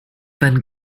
then